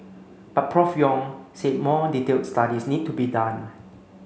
but Prof Yong said more detailed studies need to be done